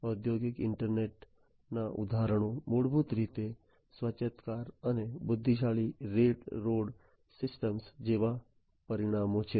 ઔદ્યોગિક ઈન્ટરનેટના ઉદાહરણો મૂળભૂત રીતે સ્વાયત્ત કાર અને બુદ્ધિશાળી રેલરોડ સિસ્ટમ્સ જેવા પરિણામો છે